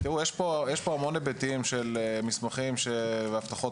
יש פה המון היבטים של מסמכים ואבטחות